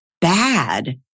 bad